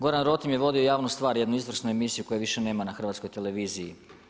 Goran Rotim je vodio „Javnu stvar“ jednu izvrsnu emisiju koju više nema na Hrvatskoj televiziji.